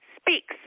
speaks